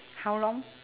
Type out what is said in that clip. how long